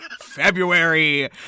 February